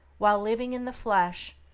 while living in the flesh,